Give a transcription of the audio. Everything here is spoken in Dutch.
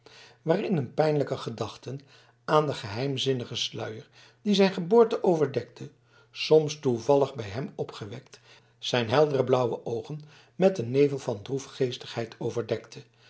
waarin een pijnlijke gedachte aan den geheimzinnigen sluier die zijn geboorte overdekte soms toevallig bij hem opgewekt zijn heldere blauwe oogen met een nevel van droefgeestigheid overdekte